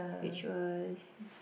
which was